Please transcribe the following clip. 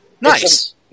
Nice